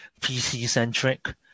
PC-centric